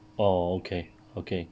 oh okay okay